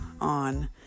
on